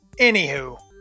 Anywho